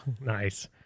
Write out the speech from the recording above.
Nice